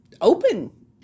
Open